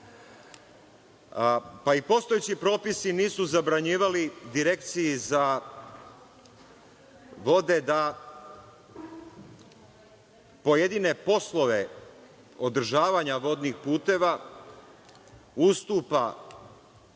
Pa, i postojeći propisi nisu zabranjivali Direkciji za vode da pojedine poslove održavanja vodnih puteva ustupa